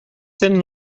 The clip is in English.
thin